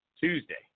Tuesday